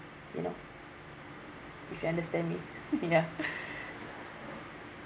you know did you understand me ya